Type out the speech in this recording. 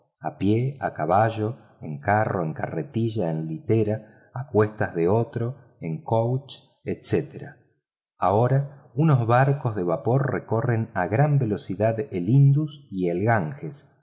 a pie a caballo en carro en carretilla en litera a cuestas de otro en coach etc ahora unos barcos de vapor recorren a gran velocidad el indus y el ganges